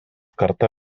kartą